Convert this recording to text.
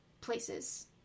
places